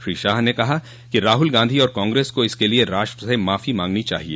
श्री शाह ने कहा कि राहुल गांधी और कांग्रेस को इसके लिए राष्ट्र से माफी मांगनी चाहिए